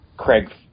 Craig